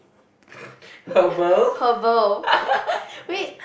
herbal wait